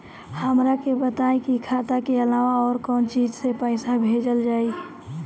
हमरा के बताई की खाता के अलावा और कौन चीज से पइसा भेजल जाई?